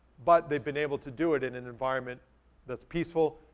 but, they've been able to do it in an environment that's peaceful.